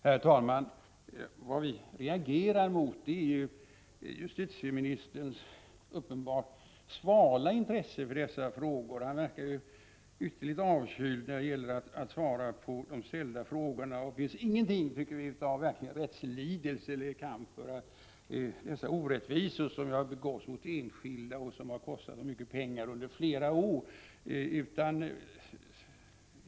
Herr talman! Vad vi reagerar mot är justitieministerns uppenbart svala intresse för dessa frågor. Han verkar ytterligt kylig och vill inte svara på de ställda frågorna. Det finns hos justitieministern ingenting av verklig rättslidelse eller vilja att föra en kamp mot de orättvisor som har begåtts mot enskilda och som har kostat dem mycket pengar under flera år.